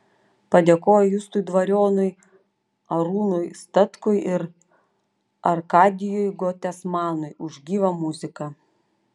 padėkojo justui dvarionui arūnui statkui ir arkadijui gotesmanui už gyvą muziką